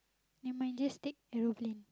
never mind just take aeroplane